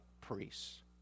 priests